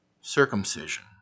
circumcision